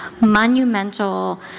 monumental